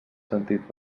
sentit